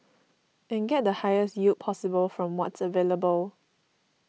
and get the highest yield possible from what's available